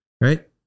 right